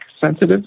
sensitive